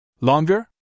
Longer